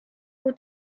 will